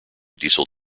diesel